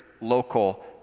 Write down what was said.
local